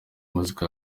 muziki